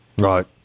Right